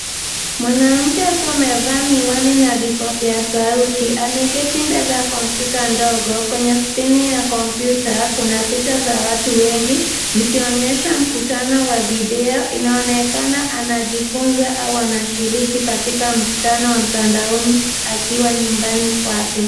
Mwanamke akiwa amevaa miwani na vipokea sauti ameketi mbele ya kompyuta ndogo, kwenye skrini ya kompyuta kuna picha za watu wengi zikionyesha mkutano wa video inaonekana anajifunza au anashirki katika mkutano wa mtandaoni akiwa nyumbani kwake.